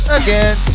again